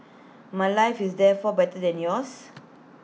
my life is therefore better than yours